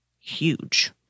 huge